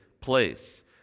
place